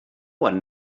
one